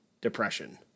depression